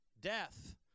death